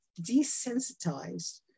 desensitized